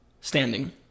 standing